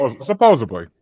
supposedly